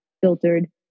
filtered